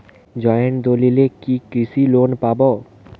Joint দলিলে কি কৃষি লোন পাব?